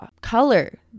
color